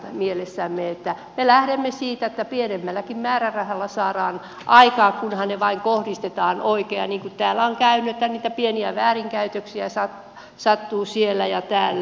me lähdemme siitä että pienemmälläkin määrärahalla saadaan aikaan kunhan se vain kohdistetaan oikein ja täällä on käynyt että niitä pieniä väärinkäytöksiä sattuu siellä ja täällä